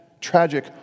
tragic